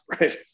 Right